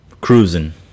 cruising